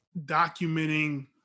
documenting